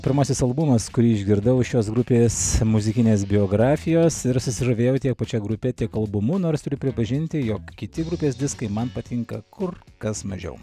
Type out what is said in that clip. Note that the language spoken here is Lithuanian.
pirmasis albumas kurį išgirdau šios grupės muzikinės biografijos ir susižavėjau tiek pačia grupe tik albumu nors turiu pripažinti jog kiti grupės diskai man patinka kur kas mažiau